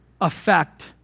affect